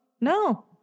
no